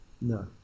No